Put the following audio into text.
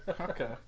Okay